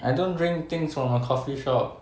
I don't drink things from a coffee shop